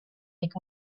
make